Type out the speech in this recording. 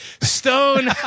Stone